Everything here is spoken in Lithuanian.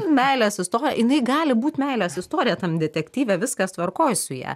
meilė sustojo jinai gali būt meilės istorija tam detektyve viskas tvarkoj su ja